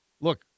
look